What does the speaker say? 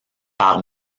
par